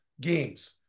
games